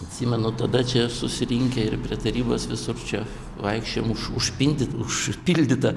atsimenu tada čia susirinkę ir prie tarybos visur čia vaikščiojom už užpindyt užpildyta